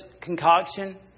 concoction